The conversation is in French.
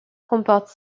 comporte